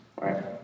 right